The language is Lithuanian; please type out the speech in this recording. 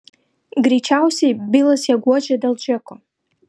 greičiausiai bilas ją guodžia dėl džeko